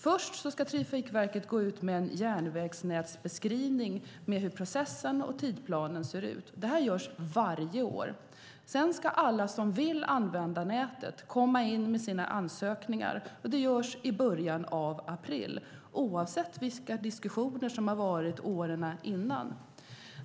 Först ska Trafikverket gå ut med en järnvägsnätsbeskrivning av hur processen och tidsplanen ser ut. Det görs varje år. Sedan ska alla som vill använda nätet komma in med sina ansökningar. Det görs i början av april, oavsett vilka diskussioner som har varit åren innan.